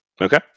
Okay